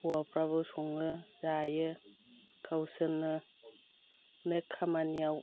हौवाफ्राबो सङो जायो गावसोरनो नो खामानियाव